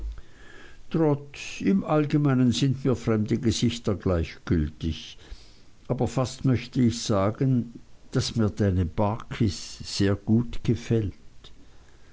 trot im allgemeinen sind mir fremde gesichter gleichgültig aber fast möchte ich sagen daß mir deine barkis sehr gut gefällt